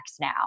now